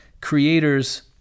creators